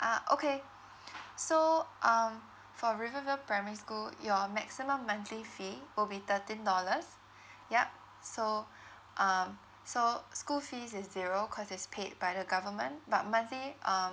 ah okay so um for rivervale primary school your maximum monthly fee will be thirteen dollars yup so um so school fees is zero cause is paid by the government but monthly um